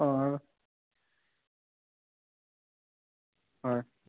অ হয়